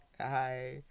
hi